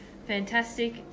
fantastic